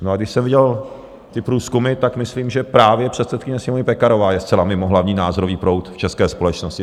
A když jsem viděl ty průzkumy, tak myslím, že právě předsedkyně Sněmovny Pekarová je zcela mimo hlavní názorový proud v české společnosti.